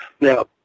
Now